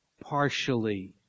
partially